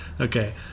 Okay